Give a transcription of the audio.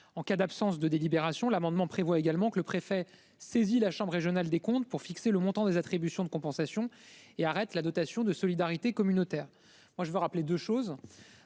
En cas d'absence de délibération. L'amendement prévoit également que le préfet saisit la chambre régionale des comptes pour fixer le montant des attributions de compensation et arrête la dotation de solidarité communautaire. Moi je veux rappeler 2 choses,